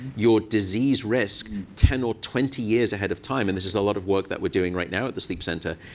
your disease risk ten or twenty years ahead of time. and this is a lot of work that we're doing right now at the sleep center.